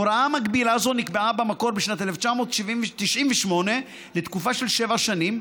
הוראה מגבילה זו נקבעה במקור בשנת 1998 לתקופה של שבע שנים,